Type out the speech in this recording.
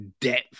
depth